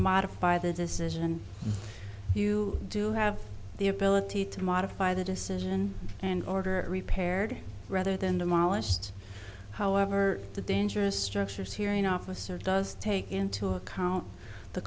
modify the decision you do have the ability to modify the decision and order repaired rather than demolished however the dangerous structures hearing officer does take into account the